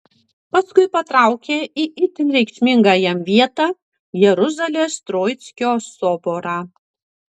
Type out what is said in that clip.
paskui patraukė į itin reikšmingą jam vietą jeruzalės troickio soborą